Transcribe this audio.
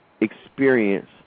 experience